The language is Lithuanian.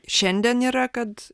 šiandien yra kad